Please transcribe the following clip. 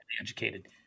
educated